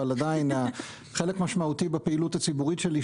אבל עדיין חלק משמעותי בפעילות הציבורית שלי,